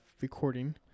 recording